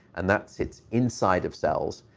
and that sits inside of cells.